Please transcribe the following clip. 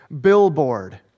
billboard